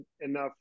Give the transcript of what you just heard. enough